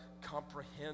comprehend